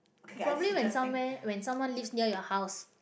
probably when somewhere when someone live near your house